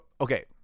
okay